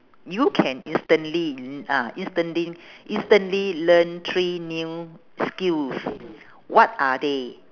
you can instantly mm ah instantly instantly learn three new skills what are they